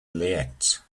leyte